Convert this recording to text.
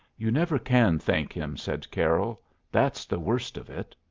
you never can thank him, said carroll that's the worst of it.